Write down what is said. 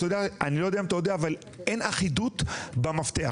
אין אחידות במפתח,